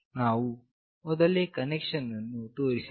ನಾವು ಮೊದಲೇ ಕನೆಕ್ಷನ್ ಅನ್ನು ತೋರಿಸಿದ್ದೇವೆ